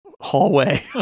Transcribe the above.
hallway